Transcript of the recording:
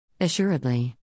Assuredly